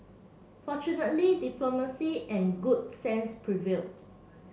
fortunately diplomacy and good sense prevailed